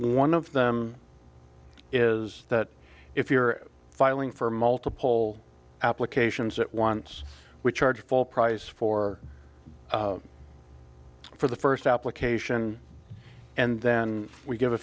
one of them is that if you're filing for multiple applications that once we charge full price for for the first application and then we g